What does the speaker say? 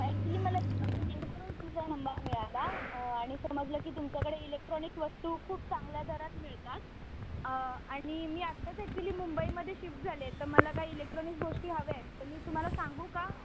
actually मला एका फ्रेंडकडून तुमचा नंबर मिळाला आणि समजलं की तुमच्याकडे इलेक्ट्रॉनिक वस्तू खूप चांगल्या दरात मिळतात आणि मी आत्ताच ॲक्च्युली मुंबईमध्ये शिफ्ट झाले आहे तर मला काही इलेक्ट्रॉनिक गोष्टी हव्या आहेत तर मी तुम्हाला सांगू का